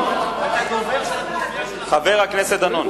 של הכנופיה, חבר הכנסת דנון.